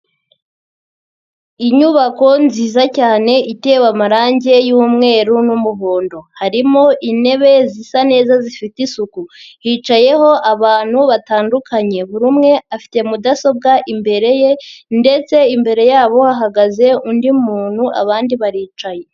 Inyubako nziza cyane itewe amarange y'umweru n'umuhondo, harimo intebe zisa neza zifite isuku, hicayeho abantu batandukanye buri umwe afite mudasobwa imbere ye ndetse imbere yabo hahagaze undi muntu abandi baricaye.